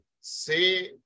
say